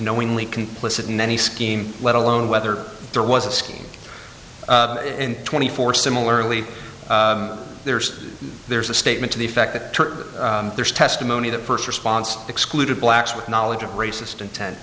knowingly complicit in any scheme let alone whether there was a scheme in twenty four similarly there's there's a statement to the effect that there's testimony that first response excluded blacks with knowledge of racist intent